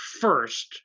first